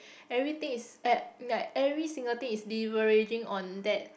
everything is like every single thing is leveraging on that